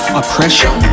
oppression